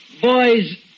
Boys